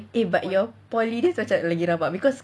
eh but your poly days macam lagi rabak because